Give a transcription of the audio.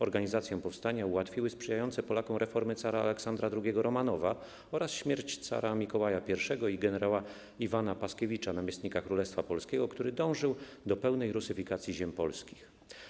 Organizację powstania ułatwiły sprzyjające Polakom reformy cara Aleksandra II Romanowa oraz śmierć cara Mikołaja I i gen. Iwana Paskiewicza, namiestnika Królestwa Polskiego, który dążył do pełnej rusyfikacji ziem polskich.